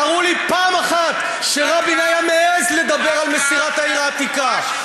תראו לי פעם אחת שרבין היה מעז לדבר על מסירת העיר העתיקה.